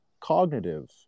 cognitive